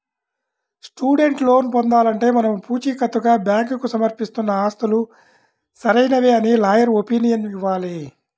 student loan పొందాలంటే మనం పుచీకత్తుగా బ్యాంకుకు సమర్పిస్తున్న ఆస్తులు సరైనవే అని లాయర్ ఒపీనియన్ ఇవ్వాలి